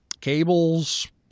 cables